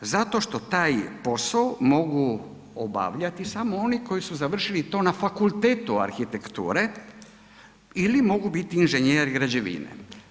Zato što taj posao mogu obavljati samo oni koji su to završili to na fakultetu arhitekture ili mogu biti inženjer građevine.